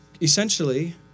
essentially